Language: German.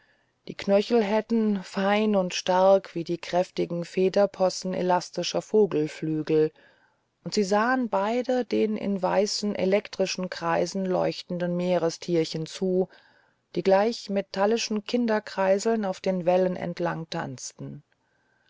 die knöchel hätten fein und stark wie die kräftigen federposen elastischer vogelflügel und sie sahen beide den in weißen elektrischen kreisen leuchtenden meertierchen zu die gleich metallischen kinderkreiseln auf den wellen entlang tanzten